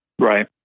Right